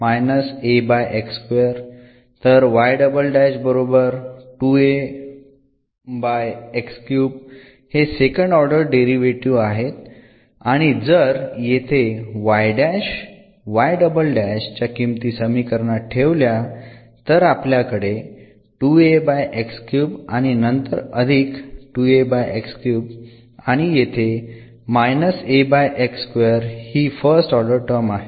तर हे second order derivative आहे आणि जर येथे च्या किमती समीकरणात ठेवल्या तर आपल्याकडे आणि नंतर अधिक आणि येथे हि फर्स्ट ऑर्डर टर्म आहे